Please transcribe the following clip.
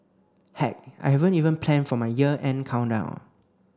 heck I haven't even plan for my year end countdown